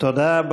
תודה.